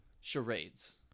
charades